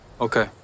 Okay